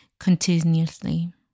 Continuously